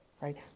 right